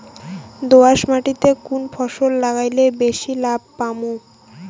দোয়াস মাটিতে কুন ফসল লাগাইলে বেশি লাভ পামু?